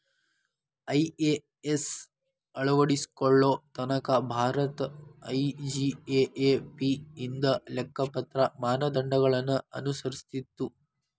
IAS ಅಳವಡಿಸಿಕೊಳ್ಳೊ ತನಕಾ Bharat IGAAP ಇಂದ ಲೆಕ್ಕಪತ್ರ ಮಾನದಂಡಗಳನ್ನ ಅನುಸರಿಸ್ತಿತ್ತು